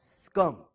scum